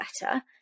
better